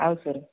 ಹೌದು ಸರ್